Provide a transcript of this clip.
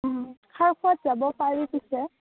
খাৰখোৱাত যাব পাৰি পিছে